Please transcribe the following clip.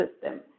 system